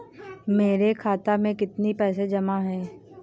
मेरे खाता में कितनी पैसे जमा हैं?